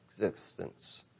existence